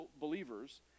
believers